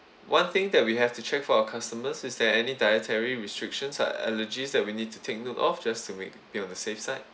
one thing that we have to check for our customers is there any dietary restrictions or allergies that we need to take note of just to make it on the safe side